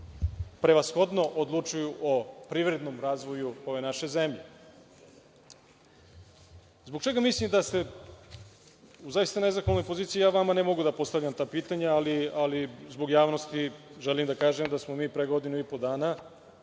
prevashodno odlučuju o privrednom razvoju ove naše zemlje. Zbog čega mislim da ste zaista u nezahvalnoj poziciji? Vama ne mogu da postavljam ta pitanja, ali zbog javnosti želim da kažem da smo mi pre godinu i po dana